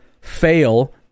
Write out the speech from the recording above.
fail